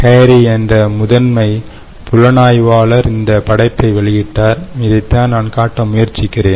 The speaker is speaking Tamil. ஹேரி என்ற முதன்மை புலனாய்வாளர் இந்த படைப்பை வெளியிட்டார் இதைத்தான் நான் காட்ட முயற்சிக்கிறேன்